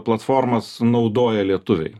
platformas naudoja lietuviai